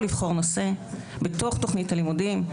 לבחור נושא בתוך תוכנית הלימודים,